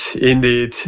indeed